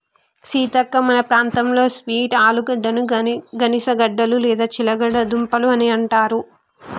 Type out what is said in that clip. సీతక్క మన ప్రాంతంలో స్వీట్ ఆలుగడ్డని గనిసగడ్డలు లేదా చిలగడ దుంపలు అని అంటారు